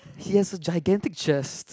he has a gigantic chest